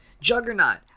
juggernaut